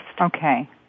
Okay